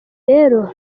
rero